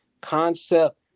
concept